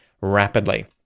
rapidly